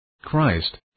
Christ